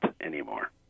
anymore